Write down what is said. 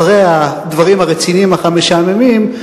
אחרי הדברים הרציניים אך המשעממים,